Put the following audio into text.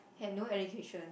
had no education